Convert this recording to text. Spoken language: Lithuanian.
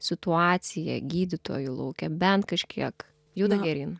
situacija gydytojų lauke bent kažkiek juda geryn